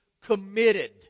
committed